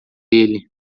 ele